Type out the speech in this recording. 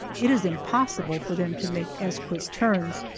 it is impossible for them to make as quick turns,